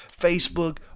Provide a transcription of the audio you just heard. Facebook